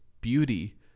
beauty